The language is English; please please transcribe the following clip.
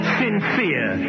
sincere